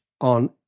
on